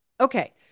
Okay